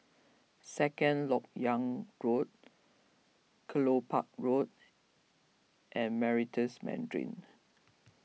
Second Lok Yang Road Kelopak Road and Meritus Mandarin